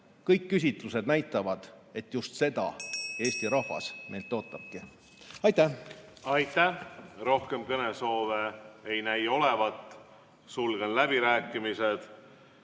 Kõik küsitlused näitavad, et just seda eesti rahvas ootabki. Aitäh! Aitäh! Rohkem kõnesoove ei näi olevat. Sulgen läbirääkimised.